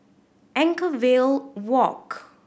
Anchorvale Walk